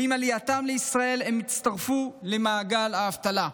ועם עלייתם לישראל יצטרפו למעגל האבטלה.